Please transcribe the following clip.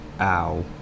Ow